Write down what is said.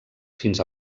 fins